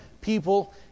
people